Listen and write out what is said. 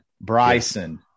Bryson